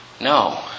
No